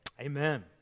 Amen